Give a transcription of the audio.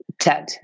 TED